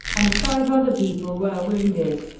and five other people were wounded.